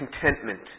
contentment